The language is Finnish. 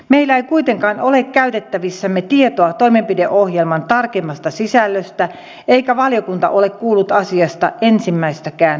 meillä ei kuitenkaan ole käytettävissämme tietoa toimenpideohjelman tarkemmasta sisällöstä eikä valiokunta ole kuullut asiasta ensimmäistäkään asiantuntijaa